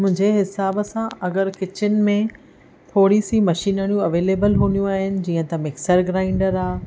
मुंहिंजे हिसाब सां अगरि किचन में थोरीसीं मशीनणियूं अवेलेबल हूंदियूं आहिनि जीअं त मिक्सर ग्राइंडर आहे